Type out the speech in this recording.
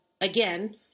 again